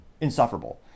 insufferable